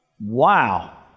Wow